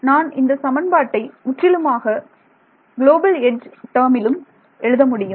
நான் இந்த சமன்பாட்டை முற்றிலுமாக குளோபல் எட்ஜ் டேர்மிலும் எழுத முடியும்